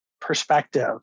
perspective